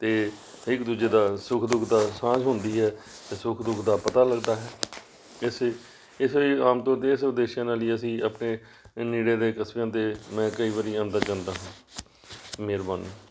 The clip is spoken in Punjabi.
ਅਤੇ ਇੱਕ ਦੂਜੇ ਦਾ ਸੁੱਖ ਦੁੱਖ ਦਾ ਸਾਂਝ ਹੁੰਦੀ ਹੈ ਅਤੇ ਸੁੱਖ ਦੁੱਖ ਦਾ ਪਤਾ ਲੱਗਦਾ ਹੈ ਇਸੇ ਇਸ ਲਈ ਆਮ ਤੌਰ 'ਤੇ ਇਸ ਉਦੇਸ਼ਾਂ ਨਾਲ ਹੀ ਅਸੀਂ ਆਪਣੇ ਨੇੜੇ ਦੇ ਕਸਬਿਆਂ ਤੇ ਮੈਂ ਕਈ ਵਾਰੀ ਆਉਂਦਾ ਜਾਂਦਾ ਹਾਂ ਮਿਹਰਬਾਨੀ